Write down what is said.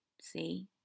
See